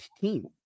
team